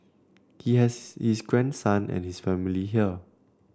he has his grandson and his family here